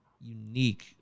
unique